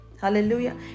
Hallelujah